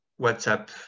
WhatsApp